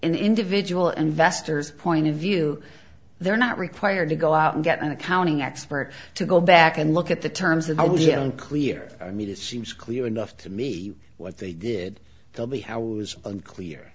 an individual investors point of view they're not required to go out and get an accounting expert to go back and look at the terms and i was yelling clear i mean it seems clear enough to me what they did they'll be how it was unclear